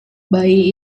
bayi